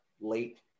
late